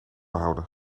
houden